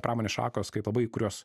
pramonės šakos kaip labai kurios